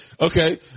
Okay